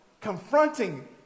confronting